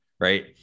Right